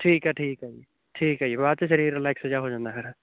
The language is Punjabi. ਠੀਕ ਆ ਠੀਕ ਆ ਜੀ ਠੀਕ ਆ ਜੀ ਬਾਅਦ 'ਚ ਸਰੀਰ ਰਿਲੈਕਸ ਜਿਹਾ ਹੋ ਜਾਂਦਾ ਫਿਰ